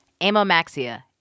Amomaxia